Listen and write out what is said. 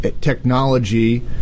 technology